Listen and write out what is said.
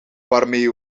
waarmee